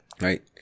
right